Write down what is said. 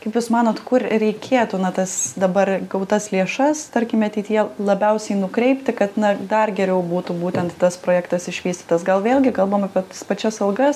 kaip jūs manot kur reikėtų na tas dabar gautas lėšas tarkim ateityje labiausiai nukreipti kad na dar geriau būtų būtent tas projektas išvystytas gal vėlgi kalbam apie tas pačias algas